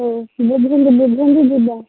ହଉ ବୁଝନ୍ତୁ ଯିବା